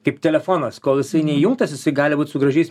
kaip telefonas kol jisai neįjungtas jisai gali būt su gražiais